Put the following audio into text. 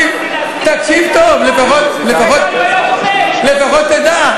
לא רציתי, תקשיב טוב, לפחות תדע.